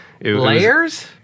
Layers